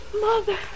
Mother